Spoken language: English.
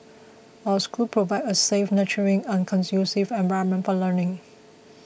our school provide a safe nurturing and conducive environment for learning